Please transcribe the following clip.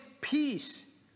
Peace